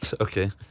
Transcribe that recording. okay